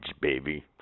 baby